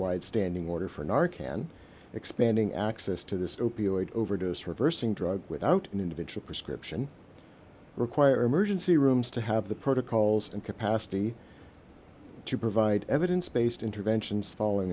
wide standing order for narconon expanding access to this opioid overdose reversing drug without an individual prescription require emergency rooms to have the protocols and capacity to provide evidence based interventions following